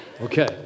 Okay